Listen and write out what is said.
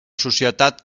societat